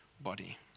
body